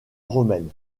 romaine